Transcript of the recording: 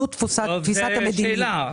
זאת תפיסת המדיניות.